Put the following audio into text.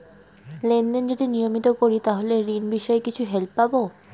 Lane দেন যদি নিয়মিত করি তাহলে ঋণ বিষয়ে কিছু হেল্প পাবো?